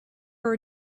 are